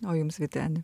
o jums vyteni